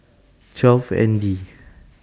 twelve N D